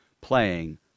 playing